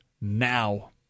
now